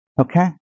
Okay